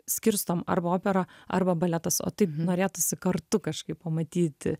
skirstom arba opera arba baletas o taip norėtųsi kartu kažkaip pamatyti